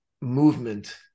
movement